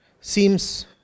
seems